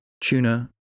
tuna